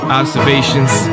observations